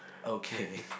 okay